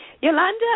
Yolanda